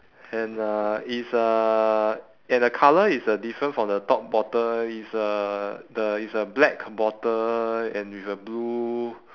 and uh it's uh and the colour is a different from the top bottle it's a the it's a black bottle and with a blue